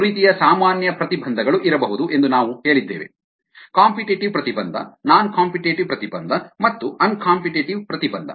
ಮೂರು ರೀತಿಯ ಸಾಮಾನ್ಯ ಪ್ರತಿಬಂಧಗಳು ಇರಬಹುದು ಎಂದು ನಾವು ಹೇಳಿದ್ದೇವೆ ಕಾಂಪಿಟೇಟಿವ್ ಪ್ರತಿಬಂಧ ನಾನ್ ಕಾಂಪಿಟೇಟಿವ್ ಪ್ರತಿಬಂಧ ಮತ್ತು ಅನ್ ಕಾಂಪಿಟೇಟಿವ್ ಪ್ರತಿಬಂಧ